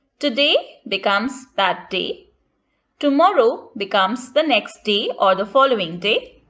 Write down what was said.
today becomes that day tomorrow becomes the next day or the following day.